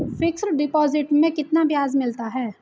Fix deposit में कितना ब्याज मिलता है?